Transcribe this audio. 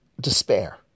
despair